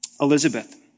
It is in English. Elizabeth